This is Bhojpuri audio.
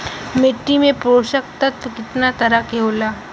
मिट्टी में पोषक तत्व कितना तरह के होला?